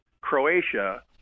Croatia